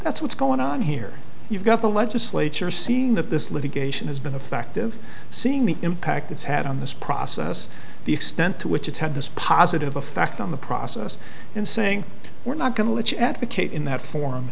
that's what's going on here you've got the legislature see and that this litigation has been affective seeing the impact it's had on this process the extent to which it's had this positive effect on the process and saying we're not going to let you advocate in that for